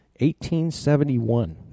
1871